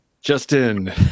Justin